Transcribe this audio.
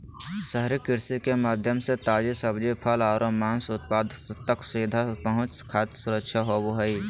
शहरी कृषि के माध्यम से ताजी सब्जि, फल आरो मांस उत्पाद तक सीधा पहुंच खाद्य सुरक्षा होव हई